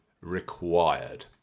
required